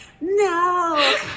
No